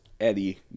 Eddie